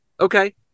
Okay